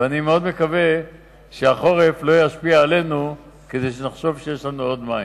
ואני מאוד מקווה שהחורף לא ישפיע עלינו ונחשוב שיש לנו עוד מים.